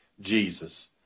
Jesus